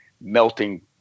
melting